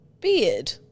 Beard